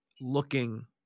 looking